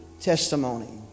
testimony